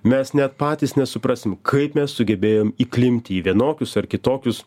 mes net patys nesuprasim kaip mes sugebėjom įklimpti į vienokius ar kitokius